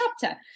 chapter